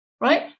right